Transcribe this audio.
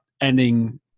ending